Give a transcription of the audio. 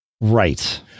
Right